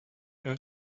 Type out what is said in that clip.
her